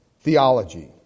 theology